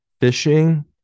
Fishing